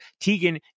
Tegan